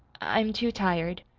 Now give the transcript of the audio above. i'm too tired.